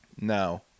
Now